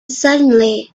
suddenly